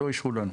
לא אישרו לנו.